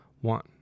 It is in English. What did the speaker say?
one